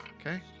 Okay